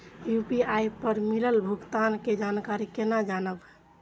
UPI पर मिलल भुगतान के जानकारी केना जानब?